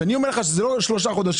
שאני אומר לך שזה לא שלושה חודשים,